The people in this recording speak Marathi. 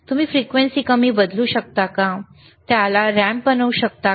तुम्ही फ्रिक्वेन्सी कमी बदलू शकता का तुम्ही त्याला रॅम्प बनवू शकता का